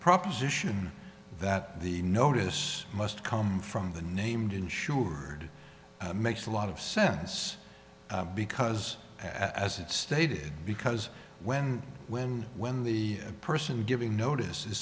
proposition that the notice must come from the named insured makes a lot of sense because as it stated because when when when the person giving notice is